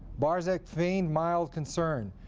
barzyk feigned mild concern.